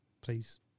please